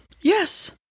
Yes